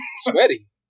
Sweaty